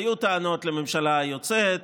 היו טענות לממשלה היוצאת,